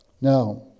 Now